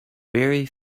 very